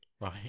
Right